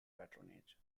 patronage